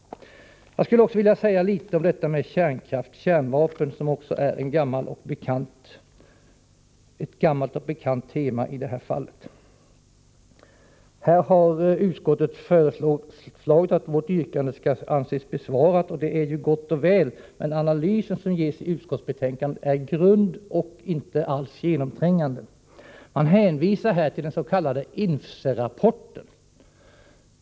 Jag skulle också vilja säga litet om kärnkraft och kärnvapen, som är ett gammalt, bekant tema. Här har utskottet föreslagit att vårt yrkande skall anses besvarat, och det är ju gott och väl. Men den analys som ges i utskottsbetänkandet är inte alls genomträngande. Man hänvisar till INFCE studien.